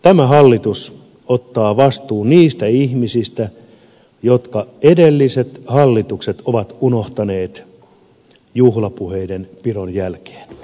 tämä hallitus ottaa vastuun niistä ihmisistä jotka edelliset hallitukset ovat unohtaneet juhlapuheiden pidon jälkeen